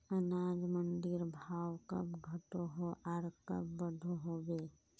अनाज मंडीर भाव कब घटोहो आर कब बढ़ो होबे?